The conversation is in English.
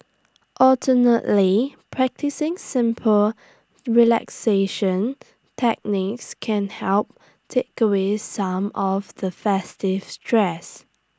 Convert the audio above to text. alternatively practising simple relaxation techniques can help take away some of the festive stress